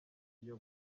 iyo